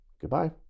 Goodbye